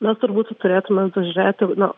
na turbūt turėtumėm pasižiūrėti na